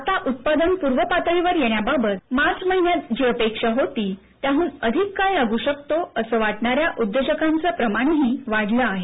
आता उत्पादन पूर्वपातळीवर येण्याबाबत मार्च महिन्यात जी अपेक्षा होती त्याहून अधिक काळ लागू शकतो असं वाटणार्याय उद्योजकांचं प्रमाणही वाढलं आहे